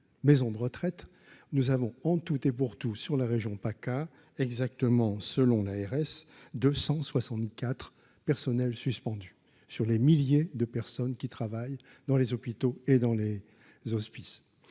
maisons de retraite, nous avons en tout et pour tout, sur la région PACA exactement selon l'ARS, 264 personnel suspendus sur les milliers de personnes qui travaillent dans les hôpitaux et dans les hospices,